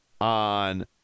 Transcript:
on